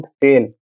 fail